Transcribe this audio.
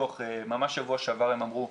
ממש בשבוע שעבר הם אמרו,